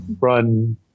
run